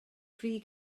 free